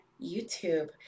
youtube